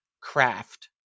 craft